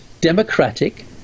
democratic